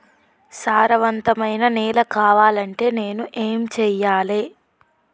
సారవంతమైన నేల కావాలంటే నేను ఏం చెయ్యాలే?